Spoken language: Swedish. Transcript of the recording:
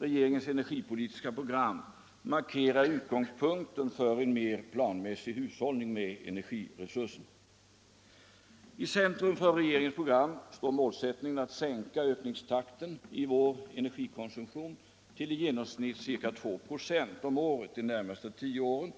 Regeringens energipolitiska program markerar utgångspunkten för en mer planmässig hushållning med energiresurser. I centrum för regeringens program står målsättningen att sänka ökningstakten i vår energikonsumtion till i genomsnitt ca 2 96 om året de närmaste tio åren